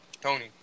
Tony